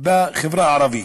בחברה הערבית,